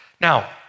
Now